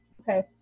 okay